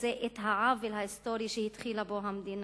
הזה את העוול ההיסטורי שהתחילה בו המדינה.